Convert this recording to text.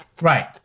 Right